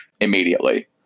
immediately